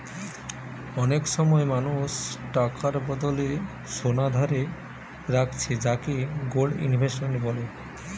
অনেক সময় মানুষ টাকার বদলে সোনা ধারে রাখছে যাকে গোল্ড ইনভেস্টমেন্ট বলে